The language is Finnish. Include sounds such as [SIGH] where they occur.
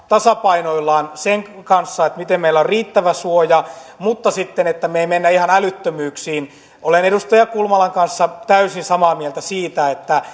vähän tasapainoillaan sen kanssa että miten meillä on riittävä suoja mutta että me emme sitten mene ihan älyttömyyksiin olen edustaja kulmalan kanssa täysin samaa mieltä siitä että [UNINTELLIGIBLE]